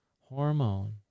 hormone